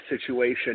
situation